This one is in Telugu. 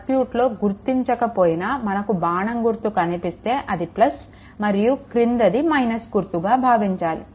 సర్క్యూట్లో గుర్తించకపోయినా మనకు బాణం గుర్తు కనిపిస్తే అది మరియు క్రిందది - గుర్తుగా భావించాలి